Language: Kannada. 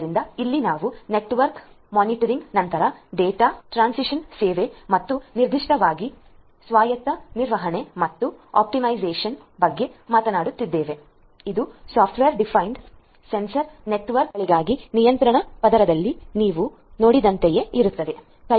ಆದ್ದರಿಂದ ಇಲ್ಲಿ ನಾವು ನೆಟ್ವರ್ಕ್ ಮಾನಿಟರಿಂಗ್ ನಂತರ ಡೇಟಾ ಟ್ರಾನ್ಸ್ಮಿಷನ್ ಸೇವೆ ಮತ್ತು ನಿರ್ದಿಷ್ಟವಾಗಿ ಸ್ವಾಯತ್ತ ನಿರ್ವಹಣೆ ಮತ್ತು ಆಪ್ಟಿಮೈಸೇಶನ್ ಬಗ್ಗೆ ಮಾತನಾಡುತ್ತಿದ್ದೇವೆ ಇದು ಸಾಫ್ಟ್ವೇರ್ ಡಿಫೈನ್ಡ್ ಸೆನ್ಸಾರ್ ನೆಟ್ವರ್ಕ್ಗಳಿಗಾಗಿ ನಿಯಂತ್ರಣ ಪದರದಲ್ಲಿ ನೀವು ನೋಡಿದಂತೆಯೇ ಇರುತ್ತದೆ